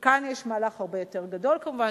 וכאן יש מהלך הרבה יותר גדול כמובן,